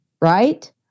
right